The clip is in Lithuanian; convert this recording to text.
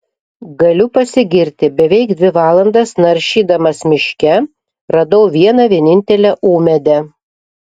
galiu pasigirti beveik dvi valandas naršydamas miške radau vieną vienintelę ūmėdę